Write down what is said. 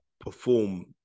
perform